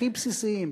הכי בסיסיים.